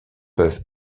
peuvent